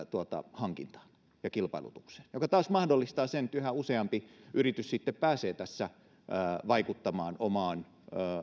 hankintaan ja kilpailutukseen mikä taas mahdollistaa sen että yhä useampi yritys pääsee tässä vaikuttamaan omaan